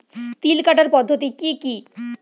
তিল কাটার পদ্ধতি কি কি?